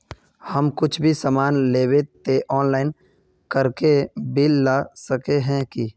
हम कुछ भी सामान लेबे ते ऑनलाइन करके बिल ला सके है की?